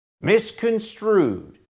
Misconstrued